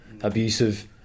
abusive